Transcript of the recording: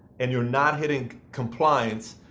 and you're not hitting compliance,